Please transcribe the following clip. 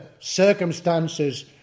circumstances